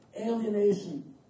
Alienation